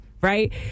Right